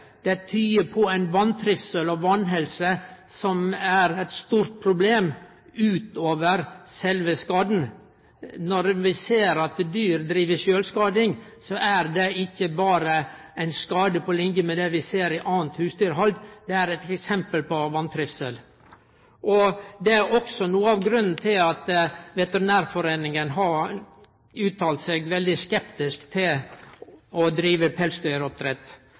Det tyder på vantrivsel og vanhelse, som er eit stort problem utover sjølve skaden. Når vi ser at dyr driv sjølvskading, er det ikkje berre ein skade på linje med det vi ser i anna husdyrhald, det er eit eksempel på vantrivsel. Det er også noko av grunnen til at veterinærforeininga har uttalt seg veldig skeptisk til å drive pelsdyroppdrett.